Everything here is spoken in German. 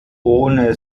ohne